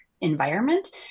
environment